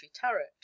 turret